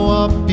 up